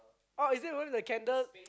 or is it ruin with the candle